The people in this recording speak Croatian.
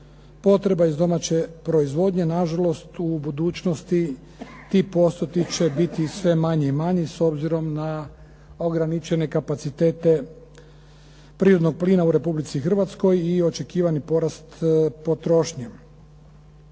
potreba iz domaće proizvodnje. Nažalost u budućnosti ti postoci će biti sve manji i manji s obzirom na ograničene kapacitete prirodnog plina u Republici Hrvatskoj i očekivani porast potrošnje.